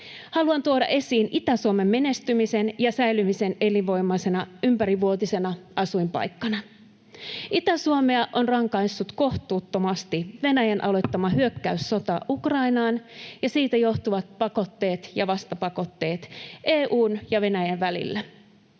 Haluan tuoda esiin Itä-Suomen menestymisen ja säilymisen elinvoimaisena ympärivuotisena asuinpaikkana. Itä-Suomea on rankaissut kohtuuttomasti Venäjän aloittama hyökkäyssota Ukrainaan ja siitä johtuvat pakotteet ja vastapakotteet EU:n ja Venäjän välillä.